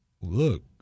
look